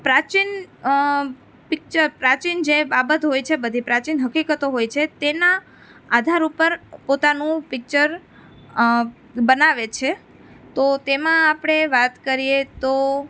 પ્રાચીન પિક્ચર પ્રાચીન જે બાબત હોય છે બધી પ્રાચીન હકીકતો હોય છે તેના આધાર ઉપર પોતાનું પિક્ચર બનાવે છે તો તેમાં આપણે વાત કરીએ તો